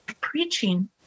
preaching